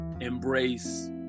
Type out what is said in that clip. embrace